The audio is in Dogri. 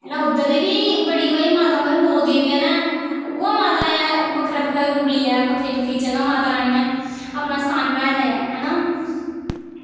है ना उद्धर बी बड़ी ओह् ऐ माता मतलब नौ देवियां न उ'यै माता ऐ बक्खरा बक्खरा रूप लेइयै बक्खरी बक्खरी जगह माता रानी ने अपना स्थान बनाए दा ऐ है ना